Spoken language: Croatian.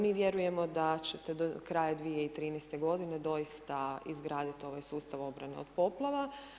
Mi vjerujemo da ćete do kraja 2013. g. doista izgraditi ovaj sustav obrane od poplava.